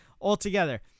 altogether